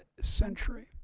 century